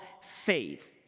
faith